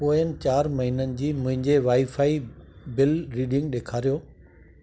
पोयनि चारि महिननि जी मुंहिंजे वाई फाई बिल रीडिंग ॾेखारियो